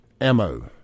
Ammo